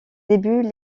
débuts